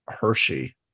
Hershey